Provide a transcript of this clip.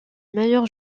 meilleurs